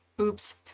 oops